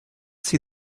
see